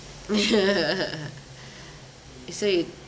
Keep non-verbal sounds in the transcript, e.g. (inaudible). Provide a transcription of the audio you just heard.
(laughs) so he